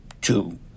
two